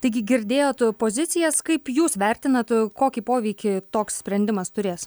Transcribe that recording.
taigi girdėjot pozicijas kaip jūs vertinat kokį poveikį toks sprendimas turės